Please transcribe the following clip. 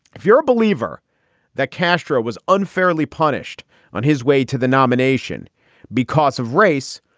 if you're a believer that castro was unfairly punished on his way to the nomination because of race,